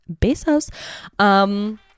Bezos